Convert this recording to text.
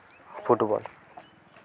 football